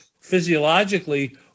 physiologically